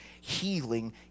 Healing